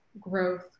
growth